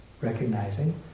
recognizing